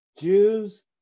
Jews